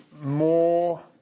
more